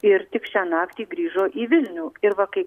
ir tik šią naktį grįžo į vilnių ir va kai